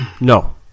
No